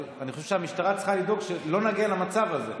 אבל אני חושב שהמשטרה צריכה לדאוג שלא נגיע למצב הזה.